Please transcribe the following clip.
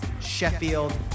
Sheffield